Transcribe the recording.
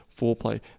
foreplay